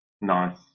Nice